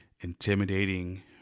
intimidating